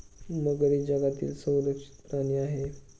मगर ही जगातील संरक्षित प्राणी आहे